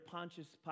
Pontius